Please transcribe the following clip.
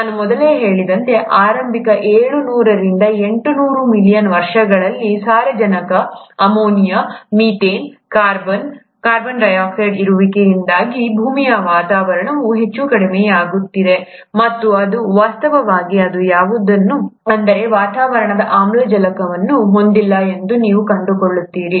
ನಾನು ಮೊದಲೇ ಹೇಳಿದಂತೆ ಆರಂಭಿಕ ಏಳು ನೂರರಿಂದ ಎಂಟು ನೂರು ಮಿಲಿಯನ್ ವರ್ಷಗಳಲ್ಲಿ ಸಾರಜನಕ ಅಮೋನಿಯಾ ಮೀಥೇನ್ ಕಾರ್ಬನ್ ಡೈಆಕ್ಸೈಡ್ ಇರುವಿಕೆಯಿಂದಾಗಿ ಭೂಮಿಯ ವಾತಾವರಣವು ಹೆಚ್ಚು ಕಡಿಮೆಯಾಗುತ್ತಿದೆ ಮತ್ತು ಅದು ವಾಸ್ತವವಾಗಿ ಅದು ಯಾವುದನ್ನೂ ಅಂದರೆ ವಾತಾವರಣದ ಆಮ್ಲಜನಕವನ್ನು ಹೊಂದಿಲ್ಲ ಎಂದು ನೀವು ಕಂಡುಕೊಳ್ಳುತ್ತೀರಿ